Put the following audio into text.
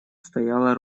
стояло